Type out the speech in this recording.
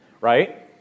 right